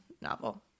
novel